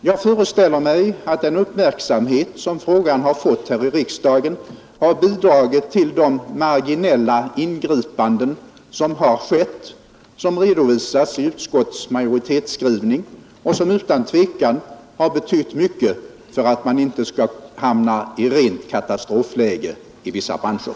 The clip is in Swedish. Jag föreställer mig att den uppmärksamhet som frågan har fått här i riksdagen har bidragit till de marginella ingripanden som redovisats av utskottet och som utan tvivel betytt mycket för att man inte skall hamna i ett rent katastrofläge i vissa branscher.